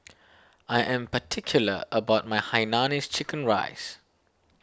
I am particular about my Hainanese Chicken Rice